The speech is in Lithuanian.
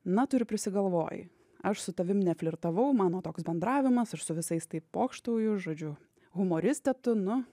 na tu ir prisigalvoji aš su tavim neflirtavau mano toks bendravimas aš su visais taip pokštauju žodžiu humoristė tu nu